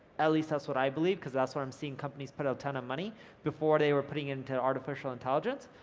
at least that's what i believe, cause that's what i'm seeing companies put a ton of money before they were putting it into artificial intelligence.